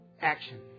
Action